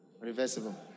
Reversible